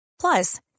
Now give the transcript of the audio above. Plus